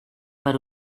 per